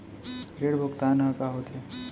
ऋण भुगतान ह का होथे?